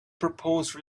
propose